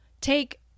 take